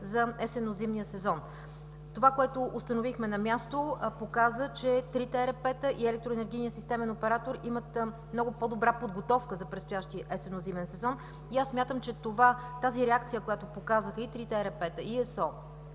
за есенно-зимния сезон. Това, което установихме на място, показа, че трите ЕРП-та и Електроенергийния системен оператор имат много по-добра подготовка за предстоящия есенно-зимен сезон. Аз смятам, че тази реакция, която показаха и трите ЕРП-та, и ЕСО,